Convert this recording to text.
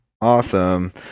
Awesome